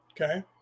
Okay